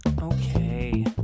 okay